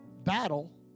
battle